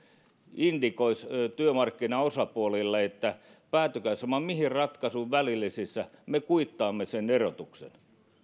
indikoisi työmarkkinaosapuolille että päätykää sama mihin ratkaisuun välillisissä me kuittaamme sen erotuksen